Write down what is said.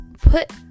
Put